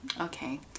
okay